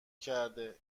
کرده